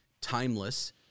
timeless